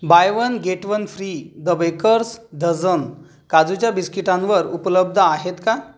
bye one get one free the bakers dozen काजूच्या बिस्किटांवर उपलब्ध आहेत का